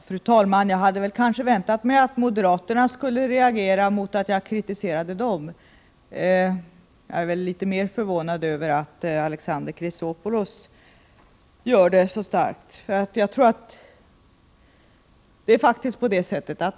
Fru talman! Jag hade väntat mig att moderaterna skulle reagera mot att jag kritiserade dem. Däremot är jag litet förvånad över att Alexander Chrisopoulos gör det så starkt.